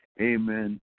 amen